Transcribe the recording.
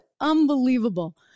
Unbelievable